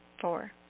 Four